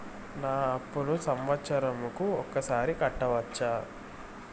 నా అప్పును సంవత్సరంకు ఒకసారి కట్టవచ్చా?